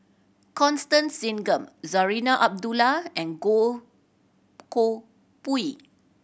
Constance Singam Zarinah Abdullah and Goh Koh Pui